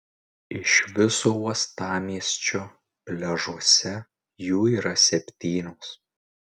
iš viso uostamiesčio pliažuose jų yra septynios